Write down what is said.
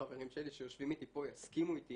חברים שלי שיושבים איתי פה יסכימו איתי